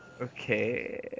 Okay